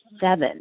seven